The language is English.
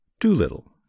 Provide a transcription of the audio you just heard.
Doolittle